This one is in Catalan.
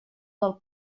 del